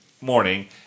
morning